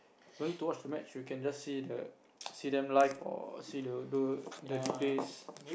don't need to watch the match you can just see the see them live or see the the the replays